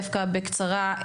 דווקא בקצרה,